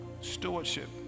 stewardship